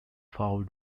fouled